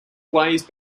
weighs